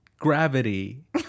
gravity